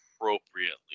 appropriately